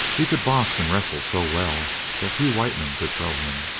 he could box and wrestle so well that few white men could throw him.